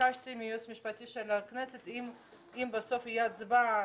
ביקשתי מהייעוץ המשפטי של הכנסת אם בסוף תהיה הצבעה,